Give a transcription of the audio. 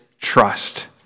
trust